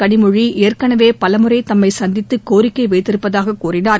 கனிமொழி ஏற்கனவே பலமுறை தம்மை சந்தித்து கோரிக்கை வைத்திருப்பதாக கூறினார்